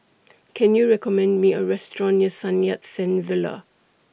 Can YOU recommend Me A Restaurant near Sun Yat Sen Villa